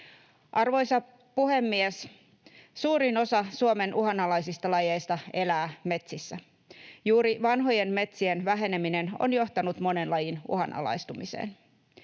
Arvoisa puhemies! Suurin osa Suomen uhanalaisista lajeista elää metsissä. Juuri vanhojen metsien väheneminen on johtanut monen lajin uhanalaistumiseen.